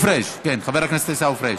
חבר הכנסת עיסאווי פריג,